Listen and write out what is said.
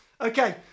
Okay